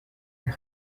els